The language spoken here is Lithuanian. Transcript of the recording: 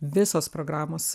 visos programos